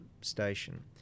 station